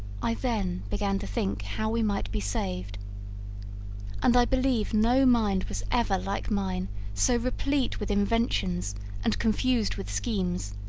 i then began to think how we might be saved and i believe no mind was ever like mine so replete with inventions and confused with schemes,